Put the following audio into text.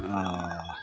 आ